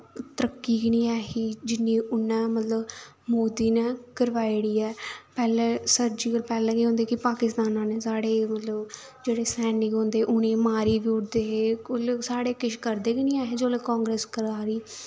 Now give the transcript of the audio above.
तरक्की गै निं ऐ ही जिन्नी उन्नै मतलब मोदी ने करवाई ओड़ी ऐ पैह्लें सर्जिकल पैह्लें केह् होंदा हा कि पाकिस्तान आह्ले साढ़े मतलब जेह्ड़े सैनिक होंदे हे उ'नेंगी मारी बी ओड़दे हे कोई लोक साढ़े किश करदे गैे नी ऐ हे जेल्लै कांग्रेस सरकार दी ही